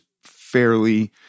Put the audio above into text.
fairly